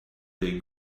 they